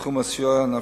בתחום הסיוע הנפשי,